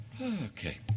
Okay